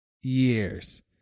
years